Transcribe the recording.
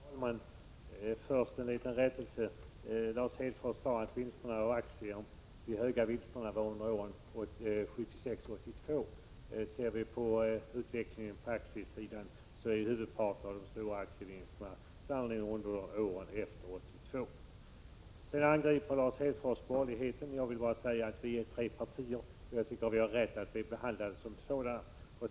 Fru talman! Först en liten rättelse. Lars Hedfors sade att de höga vinsterna på aktier förekom under åren 1976-1982. Ser vi på utvecklingen på aktiesidan finner vi att huvudparten av de stora aktievinsterna sannerligen skett under åren efter 1982. Lars Hedfors angriper borgerligheten. Jag vill bara säga att vi är tre partier, och jag tycker vi har rätt att bli behandlade som sådana.